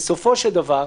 בסופו של דבר,